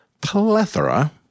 plethora